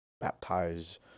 baptize